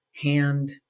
hand